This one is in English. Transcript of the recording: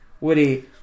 woody